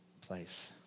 place